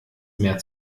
mehr